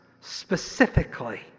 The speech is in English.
specifically